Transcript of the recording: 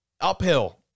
Uphill